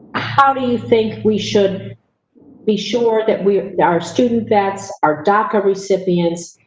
how do you think we should be sure that we, our student vets, our daca recipients,